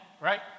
right